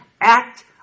act